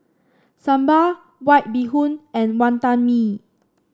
sambal White Bee Hoon and Wonton Mee